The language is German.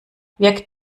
wirkt